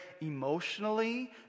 emotionally